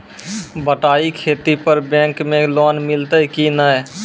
बटाई खेती पर बैंक मे लोन मिलतै कि नैय?